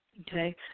okay